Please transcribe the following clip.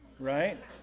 right